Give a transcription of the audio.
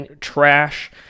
trash